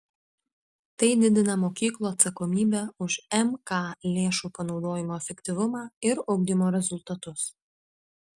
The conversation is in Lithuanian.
tai didina mokyklų atsakomybę už mk lėšų panaudojimo efektyvumą ir ugdymo rezultatus